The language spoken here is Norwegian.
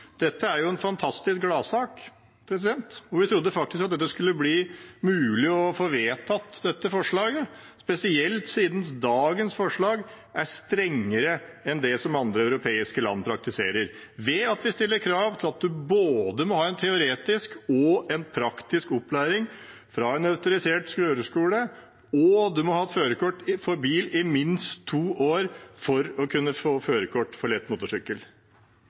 Dette er en fantastisk gladsak, og jeg trodde faktisk det skulle bli mulig å få vedtatt dette forslaget, spesielt siden dagens forslag er strengere enn det som andre europeiske land praktiserer, ved at vi stiller krav til at man både må ha en teoretisk og en praktisk opplæring fra en autorisert kjøreskole og ha hatt førerkort for bil i minst to år for å kunne få førerkort for lett motorsykkel.